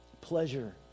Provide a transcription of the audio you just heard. pleasure